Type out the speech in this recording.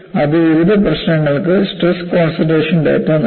അത് വിവിധ പ്രശ്നങ്ങൾക്ക് സ്ട്രെസ് കോൺസൺട്രേഷൻ ഡാറ്റ നൽകി